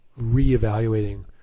reevaluating